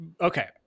Okay